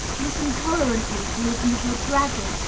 listen tolerantly to his little bragging,